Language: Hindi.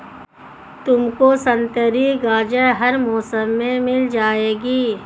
तुमको संतरी गाजर हर मौसम में मिल जाएगी